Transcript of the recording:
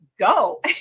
go